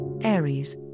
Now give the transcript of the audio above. Aries